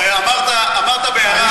אמרת בהערה,